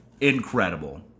incredible